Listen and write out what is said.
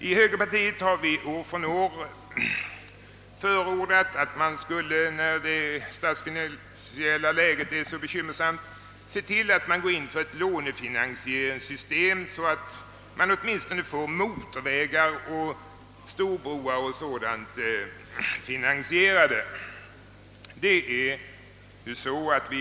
Inom högerpartiet har vi år efter år förordat att vi, eftersom det statsfinansiella läget är så bekymmersamt, får ett lånefinansieringssystem, så att åtminstone motorvägar, storbroar och sådant kan finansieras.